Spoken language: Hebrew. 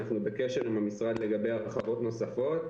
אנחנו בקשר עם המשרד לגבי הרחבות נוספות.